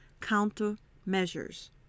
countermeasures